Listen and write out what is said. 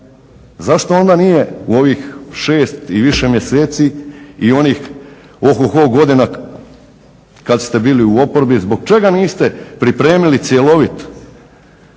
zašto onda nije u ovih 6 i više mjeseci i onih ohoho godina kada ste bili u oporbi zbog čega niste pripremili cjelovit